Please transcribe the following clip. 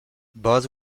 buzz